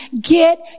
Get